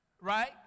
right